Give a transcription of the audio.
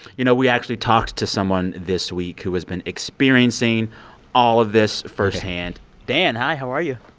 you know, we actually talked to someone this week who has been experiencing all of this firsthand dan, hi. how are you?